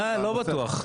לא בטוח,